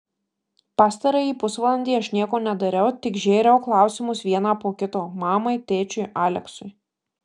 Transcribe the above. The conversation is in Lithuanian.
pastarąjį pusvalandį aš nieko nedariau tik žėriau klausimus vieną po kito mamai tėčiui aleksui